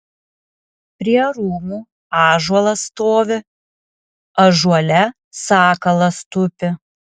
prie rūmų ąžuolas stovi ąžuole sakalas tupi